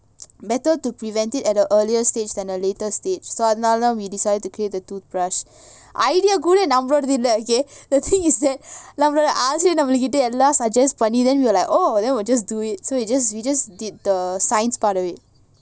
better to prevent it at an earlier stage than the later stage so அதுனால:adhunala we decided to create the toothbrush idea கூடநம்மளதுஇல்ல:kooda nammalathu illa okay the thing is that நம்மகிட்டஎல்லாம்:nammakitta ellam suggest funny then we were like oh then we will just do it so we just we just did the science part of it